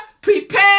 prepare